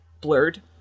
blurred